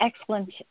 excellent